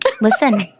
Listen